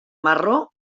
marró